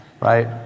Right